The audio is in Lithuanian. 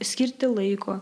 skirti laiko